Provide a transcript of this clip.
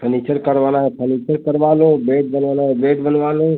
furniture करवाना है furniture करवा लो बेड बनवाना है बेड बनवा लो